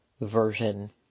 version